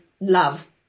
love